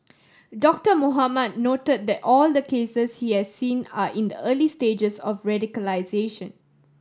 Doctor Mohamed note that all the cases he has seen are in the early stages of radicalisation